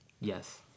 Yes